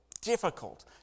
difficult